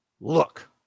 Look